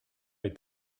est